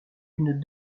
une